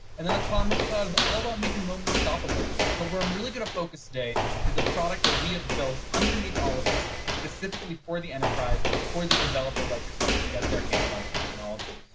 and then the commerce cloud is all about making moments shoppable. but where i'm really going to focus today is a product that we have built underneath all of us, specifically, for the enterprise, for the developer like yourself to get their hands on the technology.